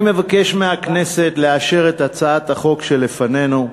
אני מבקש מהכנסת לאשר את הצעת החוק שלפנינו.